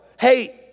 Hey